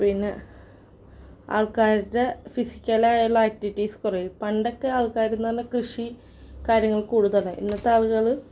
പിന്നെ ആൾക്കാരുടെ ഫിസിക്കലായുള്ള ആക്ടിവിറ്റീസ് കുറയും പണ്ടൊക്കെ ആൾക്കാരെന്നു പറഞ്ഞാൽ കൃഷി കാര്യങ്ങൾ കൂടുതലാണ് ഇന്നത്തെ ആളുകൾ